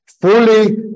fully